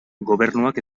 gobernuak